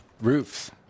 Roofs